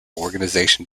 organization